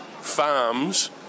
Farms